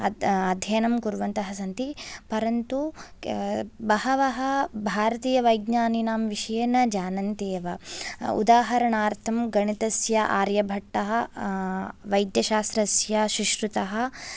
अद् अध्ययनं कुर्वन्तः सन्ति परन्तु बहवः भारतीयवैज्ञानीनां विषये न जानन्ति एव उदाहरणार्थं गणितस्य आर्यभट्टः वैद्यशास्त्रस्य सुश्रुतः